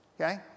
okay